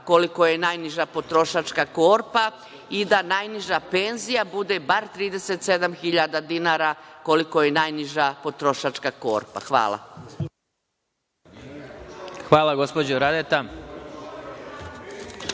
koliko je najniža potrošačka korpa i da najniža penzija bude bar 37.000 dinara, koliko je najniža potrošačka korpa? Hvala. **Vladimir